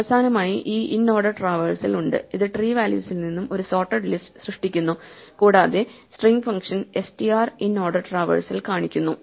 അവസാനമായി ഈ inorder traversal ഉണ്ട് അത് ട്രീ വാല്യൂസിൽ നിന്നും ഒരു സോർട്ടഡ് ലിസ്റ്റ് സൃഷ്ടിക്കുന്നു കൂടാതെ string function str inorder traversal കാണിക്കുന്നു